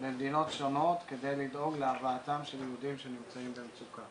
במדינות שונות כדי לדאוג להבאתם של יהודים שנמצאים במצוקה